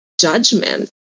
Judgment